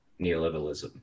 neoliberalism